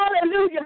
Hallelujah